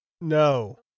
No